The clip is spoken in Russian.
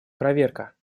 проверка